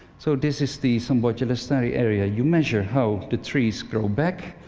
so this is the samboja lestari area. you measure how the trees grow back,